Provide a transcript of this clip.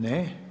Ne.